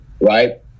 right